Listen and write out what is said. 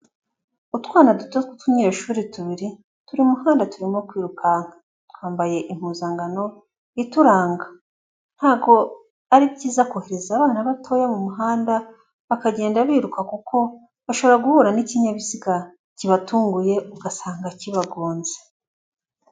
Utwana duto tw'utunyeshuri tubiri turi mu muhanda turimo kwirukanka twambaye impuzangano ituranga. Ntago ari byiza kohereza abana batoya mu muhanda bakagenda biruka kuko bashobora guhura n'ikinyabiziga kibatunguye, ugasanga kibagonze.